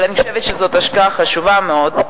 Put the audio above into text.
אבל אני חושבת שזאת השקעה חשובה מאוד.